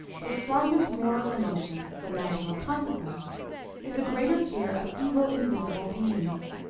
the strongest moral emotion, the natural consequence is a greater fear of evil invisible beings.